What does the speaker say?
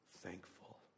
thankful